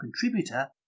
contributor